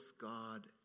God